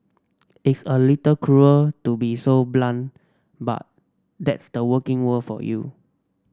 it's a little cruel to be so blunt but that's the working world for you